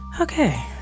Okay